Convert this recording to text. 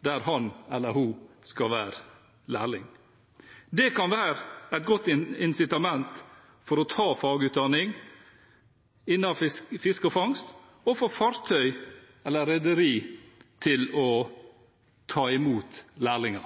der han eller hun skal være lærling. Det kan være et godt incitament til å ta fagutdanning innen fiske og fangst og et incitament for fartøy, eller rederier, til å ta imot lærlinger.